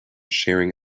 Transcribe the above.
sharing